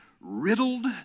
riddled